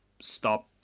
stop